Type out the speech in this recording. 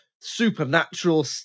supernatural